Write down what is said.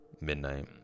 midnight